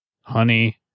honey